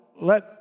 let